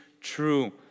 true